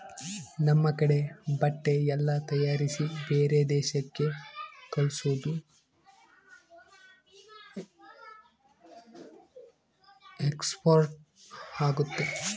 ನಮ್ ಕಡೆ ಬಟ್ಟೆ ಎಲ್ಲ ತಯಾರಿಸಿ ಬೇರೆ ದೇಶಕ್ಕೆ ಕಲ್ಸೋದು ಎಕ್ಸ್ಪೋರ್ಟ್ ಆಗುತ್ತೆ